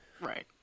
Right